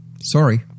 sorry